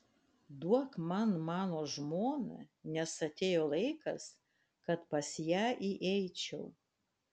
duok man mano žmoną nes atėjo laikas kad pas ją įeičiau